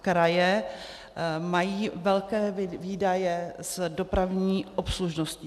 Kraje mají velké výdaje s dopravní obslužností.